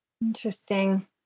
interesting